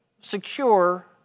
secure